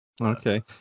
Okay